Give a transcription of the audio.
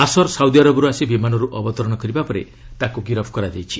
ଆସର ସାଉଦିଆରବର୍ ଆସି ବିମାନର୍ ଅବତରଣ କରିବା ପରେ ତାକୁ ଗିରଫ୍ କରାଯାଇଛି